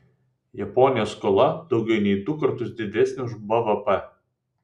japonijos skola daugiau nei du kartus didesnė už bvp